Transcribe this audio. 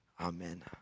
Amen